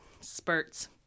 spurts